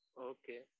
Okay